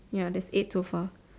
ya there is eight so far